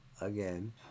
again